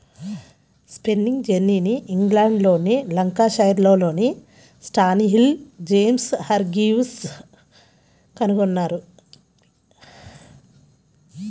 spinning జెన్నీని ఇంగ్లండ్లోని లంకాషైర్లోని స్టాన్హిల్ జేమ్స్ హార్గ్రీవ్స్ కనుగొన్నారు